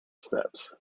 steps